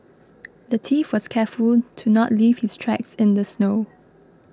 the thief was careful to not leave his tracks in the snow